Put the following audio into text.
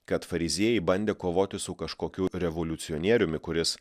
kad fariziejai bandė kovoti su kažkokiu revoliucionieriumi kuris